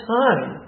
time